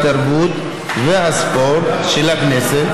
התרבות והספורט של הכנסת,